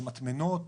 זה מטמנות,